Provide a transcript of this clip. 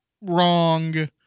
wrong